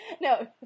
No